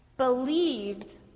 believed